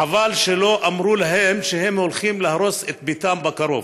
חבל שלא אמרו להם שהם הולכים להרוס את ביתם בקרוב.